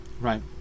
Right